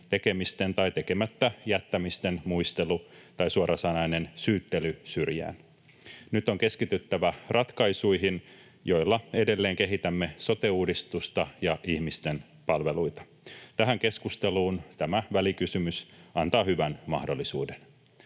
tekemisten tai tekemättä jättämisten muistelu tai suorasanainen syyttely syrjään. Nyt on keskityttävä ratkaisuihin, joilla edelleen kehitämme sote-uudistusta ja ihmisten palveluita. Tähän keskusteluun tämä välikysymys antaa hyvän mahdollisuuden.